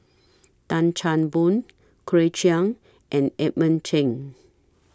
Tan Chan Boon Claire Chiang and Edmund Cheng